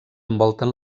envolten